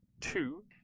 two